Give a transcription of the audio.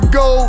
go